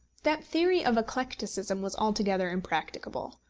that theory of eclecticism was altogether impracticable.